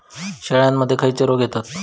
शेळ्यामध्ये खैचे रोग येतत?